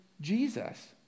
Jesus